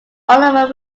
oliver